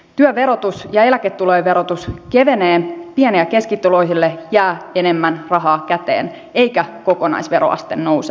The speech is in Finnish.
työn verotus ja eläketulojen verotus kevenee pieni ja keskituloisille jää enemmän rahaa käteen eikä kokonaisveroaste nouse